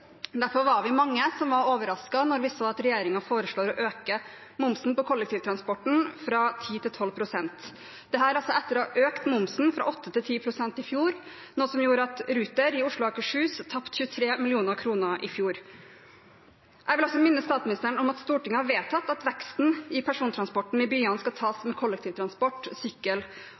Derfor var vi mange som var overrasket da vi så at regjeringen foreslår å øke momsen på kollektivtransporten fra 10 pst. til 12 pst. – dette altså etter å ha økt momsen fra 8 pst. til 10 pst. i fjor, noe som gjorde at Ruter i Oslo og Akershus tapte 23 mill. kr i fjor. Jeg vil også minne statsministeren om at Stortinget har vedtatt at veksten i persontransporten i byene skal tas med kollektivtransport, sykkel